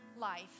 life